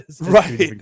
Right